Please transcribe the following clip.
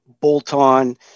bolt-on